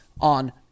On